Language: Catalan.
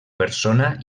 persona